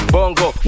Bongo